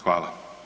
Hvala.